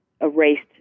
erased